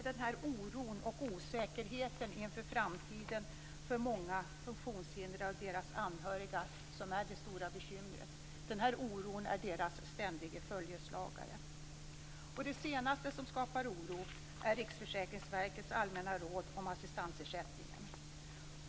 Det är oron och osäkerheten inför framtiden för många funktonshindrade och deras anhöriga som är det stora bekymret. Denna oro är deras ständige följeslagare. Det senaste som skapat oro är Riksförsäkringsverkets allmänna råd om assistansersättningen.